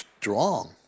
strong